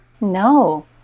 No